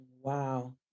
Wow